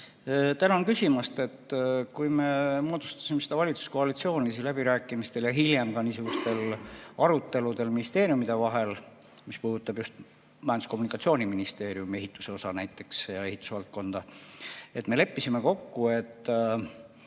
Tänan küsimast! Kui me moodustasime seda valitsuskoalitsiooni, siis läbirääkimistel ja hiljem ka aruteludel ministeeriumide vahel, mis puudutab just Majandus‑ ja Kommunikatsiooniministeeriumi, ehituse osa näiteks ja ehitusvaldkonda, me leppisime kokku, et